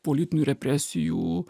politinių represijų